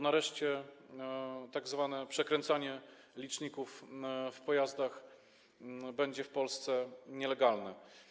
Nareszcie tzw. przekręcanie liczników w pojazdach będzie w Polsce nielegalne.